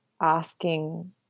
asking